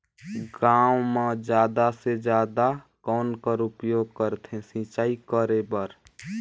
गांव म जादा से जादा कौन कर उपयोग करथे सिंचाई करे बर?